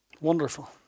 Wonderful